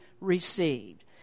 received